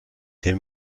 him